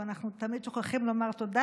ואנחנו תמיד שוכחים לומר תודה.